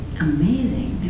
amazing